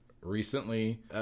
recently